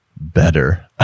better